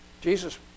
Jesus